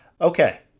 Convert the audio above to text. Okay